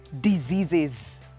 diseases